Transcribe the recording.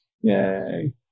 Yay